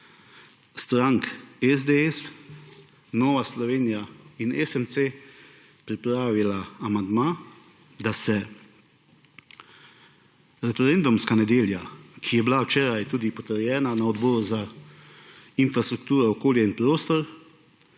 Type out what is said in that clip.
strank SDS, Nova Slovenija in SMC pripravila amandma, da se referendumska nedelja, ki je bila včeraj tudi potrjena na Odboru za infrastrukturo, okolje in prostor,